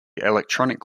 electronic